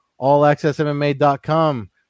allaccessmma.com